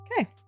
Okay